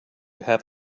have